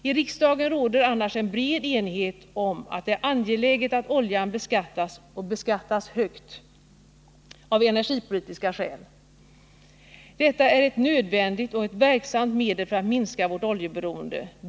I riksdagen råder annars en bred enighet om att det är angeläget att oljan beskattas och beskattas högt, av energipolitiska skäl. Detta är ett nödvändigt och verksamt medel för att minska vårt oljeberoende.